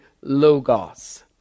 logos